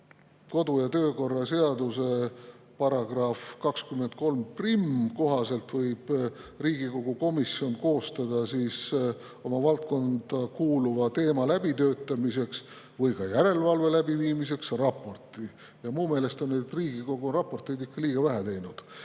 kodu‑ ja töökorra seaduse § 231kohaselt võib Riigikogu komisjon koostada oma valdkonda kuuluva teema läbitöötamiseks või ka järelevalve läbiviimiseks raporti. Minu meelest on Riigikogu raporteid liiga vähe teinud.